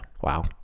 Wow